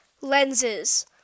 lenses